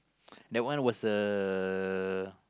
that one was ah